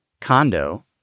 condo